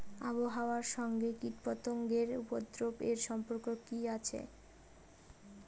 আবহাওয়ার সঙ্গে কীটপতঙ্গের উপদ্রব এর সম্পর্ক কি আছে?